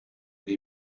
they